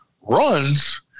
runs